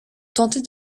tenter